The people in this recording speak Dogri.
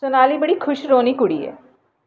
सोनाली बड़ी खुश रौह्नी कुड़ी ऐ